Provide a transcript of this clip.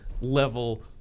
level